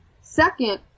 Second